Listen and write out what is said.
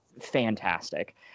fantastic